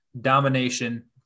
domination